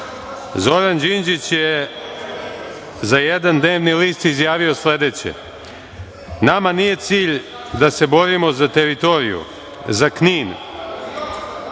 Zoran Đinđić je za jedan dnevni list izjavio sledeće: „Nama nije cilj da se borimo za teritoriju, za Knin,